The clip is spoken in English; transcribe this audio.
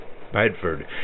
Bedford